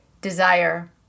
desire